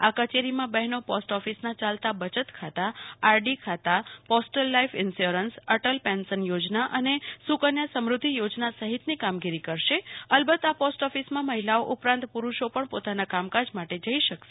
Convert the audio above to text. આ કચેરીમાં બહેનો પોસ્ટ ઓફિસના ચાલતા બચત ખાતા postal life insurance Atal pension યોજના અને સુકન્યા સમૃદ્ધિ યોજના સહિતની કામગીરી કરશે અલબત્ત આ પોસ્ટ ઓફિસમાં મહિલાઓ ઉપરાંત પુરુષો પજ્ઞ પોતાના કામકાજ માટે જઇ શકશે